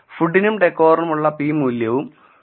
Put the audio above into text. ഫുഡിനും ഡെക്കോറിനുമുള്ള പി മൂല്യവും 0